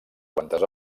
quantes